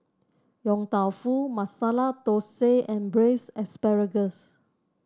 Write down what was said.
Yong Tau Foo Masala Thosai and Braised Asparagus